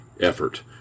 effort